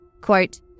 Quote